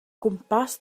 gwmpas